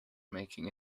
making